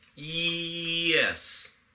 Yes